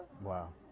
Wow